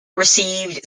received